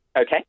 Okay